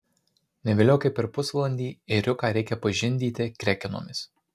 ne vėliau kaip per pusvalandį ėriuką reikia pažindyti krekenomis